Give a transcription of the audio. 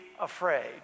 afraid